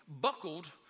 buckled